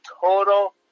total